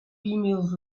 emails